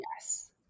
Yes